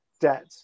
debt